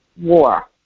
war